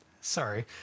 Sorry